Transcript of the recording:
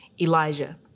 elijah